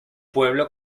pueblo